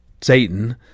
Satan